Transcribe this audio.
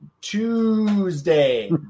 Tuesday